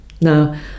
Now